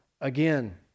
again